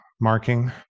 marking